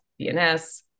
BNS